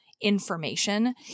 information